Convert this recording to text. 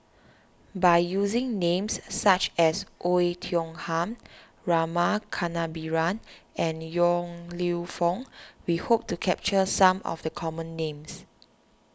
by using names such as Oei Tiong Ham Rama Kannabiran and Yong Lew Foong we hope to capture some of the common names